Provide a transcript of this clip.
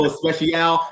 special